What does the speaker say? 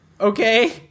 Okay